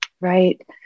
Right